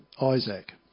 Isaac